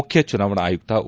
ಮುಖ್ಯ ಚುನಾವಣಾ ಆಯುಕ್ತ ಒ